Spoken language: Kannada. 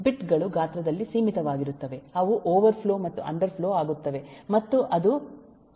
ಬಿಟ್ ಗಳು ಗಾತ್ರದಲ್ಲಿ ಸೀಮಿತವಾಗಿರುತ್ತವೆ ಅವು ಓವರ್ ಫ್ಲೋ ಮತ್ತು ಅಂಡರ್ ಫ್ಲೋ ಆಗುತ್ತವೆ ಮತ್ತು ಅದು ಎಲ್ಲದರಲ್ಲೂ ಹೆಚ್ಚಿರುತ್ತದೆ